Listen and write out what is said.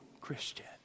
Christian